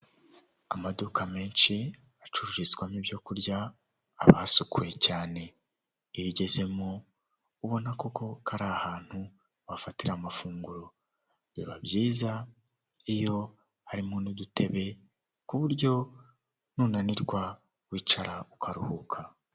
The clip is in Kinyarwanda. Nta muntu utagira inzozi zo kuba mu nzu nziza kandi yubatse neza iyo nzu iri mu mujyi wa kigali uyishaka ni igihumbi kimwe cy'idolari gusa wishyura buri kwezi maze nawe ukibera ahantu heza hatekanye.